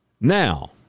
Now